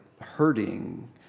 hurting